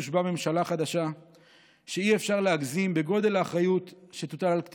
תושבע ממשלה חדשה שאי-אפשר להגזים בגודל האחריות שתוטל על כתפיה.